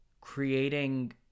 creating